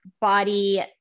body